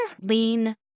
Lean